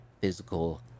physical